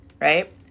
right